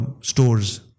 stores